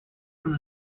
from